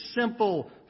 simple